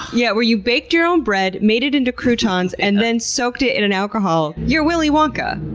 yeah, where you baked your own bread, made it into croutons, and then soaked it in an alcohol. you're willy wonka!